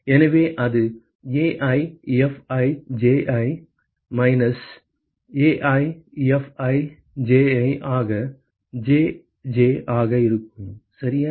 எனவே அது AiFijJi ஐ மைனஸ் AiFij ஆக Jj ஆக இருக்கும் சரியா